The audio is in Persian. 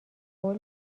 قول